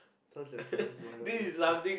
sounds lucky just why not this chair